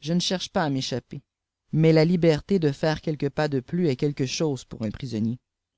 je ne cherche pasà m'échapper mais la liberté de faire quelles pas de plus est quelque chose pour un prisonnier